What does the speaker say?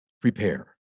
prepare